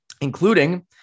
including